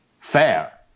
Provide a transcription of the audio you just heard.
fair